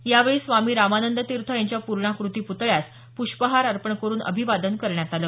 यावेळी स्वामी रामानंद तीर्थ यांच्या पूर्णाकृती पुतळ्यास पुष्पहार अर्पण करून अभिवादन करण्यात आलं